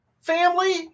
Family